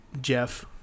Jeff